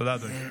תודה, אדוני.